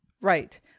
Right